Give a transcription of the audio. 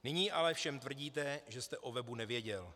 Nyní ale všem tvrdíte, že jste o webu nevěděl.